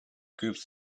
groups